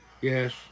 Yes